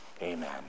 Amen